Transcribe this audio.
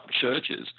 churches